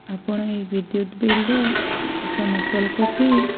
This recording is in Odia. ଆପଣ ଏଇ ବିଦ୍ୟୁତ ବିଲ୍ର ଏକ ନକଲ କପି